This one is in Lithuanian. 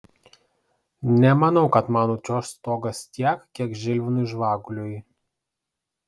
nemanau kad man nučiuoš stogas tiek kiek žilvinui žvaguliui